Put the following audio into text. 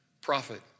prophet